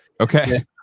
Okay